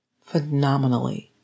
phenomenally